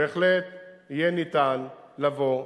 בהחלט יהיה ניתן לבוא.